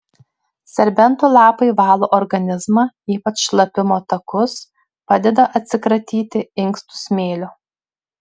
serbentų lapai valo organizmą ypač šlapimo takus padeda atsikratyti inkstų smėlio